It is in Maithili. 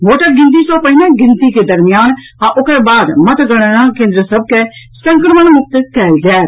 भोटक गिनती सँ पहिने गिनती के दरमियान आ ओकर बाद मतगणना केन्द्र सभ के संक्रमण मुक्त कयल जायत